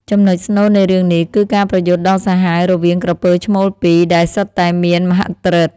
ចំណុចស្នូលនៃរឿងនេះ គឺការប្រយុទ្ធដ៏សាហាវរវាងក្រពើឈ្មោលពីរ ដែលសុទ្ធតែមានមហិទ្ធិឫទ្ធិ។